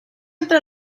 entre